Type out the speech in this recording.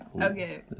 okay